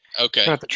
Okay